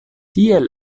tiel